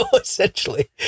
essentially